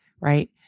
right